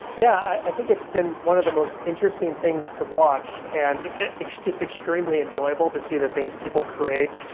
yeah, i think it's been one of the most interesting things to watch and it's just extremely enjoyable to see the things people create.